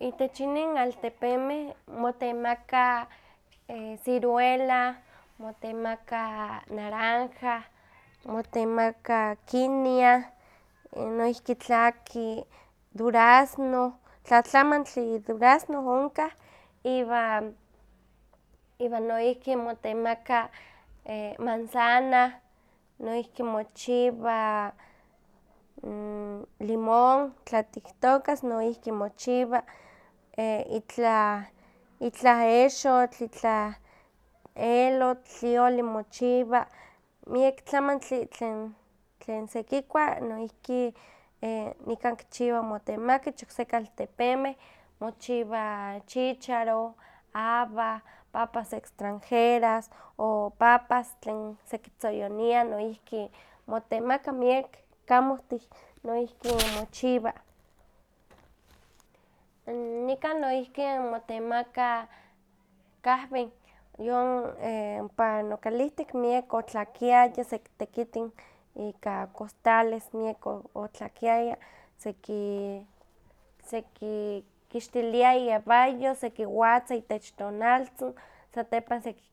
Itech inin altepemeh motemaka ciruela, naranja, motemaka kiniah, noihki tlaki durazno, tlatlamantli durazno onkah iwan, iwan noihki motemaka manzana, noihki mochiwa limón tla tiktookas noihki mochiwa. Itlah exotl, itlah elotl, tlioli mochiwa, miak tlamantli tlen tlen sekikua noihki nikan kichiwa motemaka ich okseki altepemeh mochima chícaro, aba, papas extranjeras, o papas tlen sekitzoyoniah noihki motemaka miek kamohtih, noihki mochiwa. Nikan noihki motemaka kahwen, yon ompa nokalihtik miak otlakiaya sekitekitin, ika costales miek otlakiaya seki- sekikixtilia iewayo, sekiwatza itech tonaltzin, satepan seki-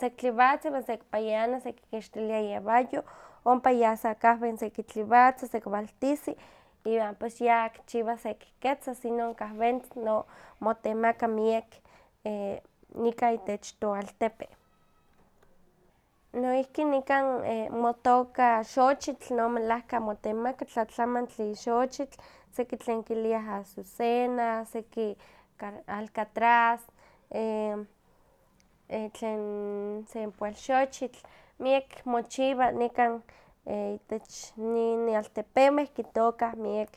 sekitliwatza iwan sekipayana, sekikixtilia iewayo, ompa ya sa kahwen sekitliwatza, sekiwaltisi, iwan pues ya kichiwa sekehketzas inon kahwentzin. O motemaka miek nikan itech toaltepe. Noihki niakn motooka xochitl, no melahka motemaka tlatlamantli xochitl. Seki tlen kiliah azucenas, seki alcatraz, seki tlen sempoalxochitl, miek mochiwa nikan, itech inin altepemeh kitoma miek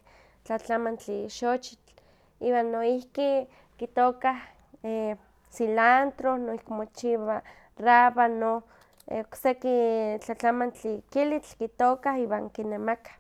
tlatlamantli xochitl. Iwan noihki kitookah cilantro, noihki mochiwa rábano, okseki tlatlamantli kilitl kittoka iwan kinemakah.